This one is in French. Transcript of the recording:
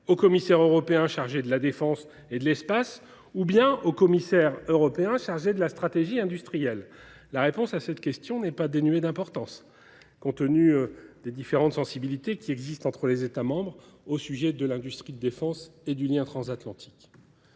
au commissaire européen chargé de la défense et de l’espace ou bien au commissaire européen chargé de la prospérité et de la stratégie industrielle ? La réponse à cette question n’est pas dénuée d’importance, compte tenu des sensibilités différentes des États membres concernant l’industrie de défense et le lien transatlantique.